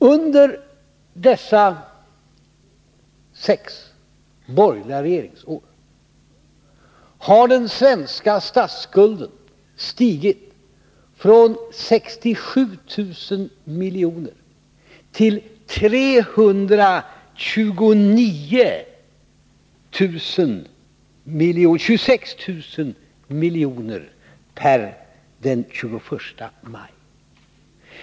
Under dessa sex borgerliga regeringsår har den svenska statsskulden stigit från 67 000 milj.kr. till 326 000 milj.kr. — detta per den 21 maj.